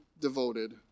devoted